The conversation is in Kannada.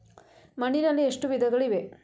ಮಣ್ಣಿನಲ್ಲಿ ಎಷ್ಟು ವಿಧಗಳಿವೆ?